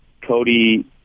Cody